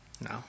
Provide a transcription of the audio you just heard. no